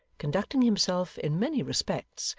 conducting himself, in many respects,